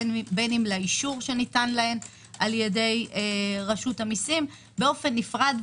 בין אם לאישור שניתן להן על-ידי רשות המיסים באופן נפרד,